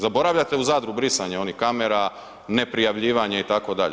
Zaboravljate u Zadru brisanje onih kamera, neprijavljivanja itd.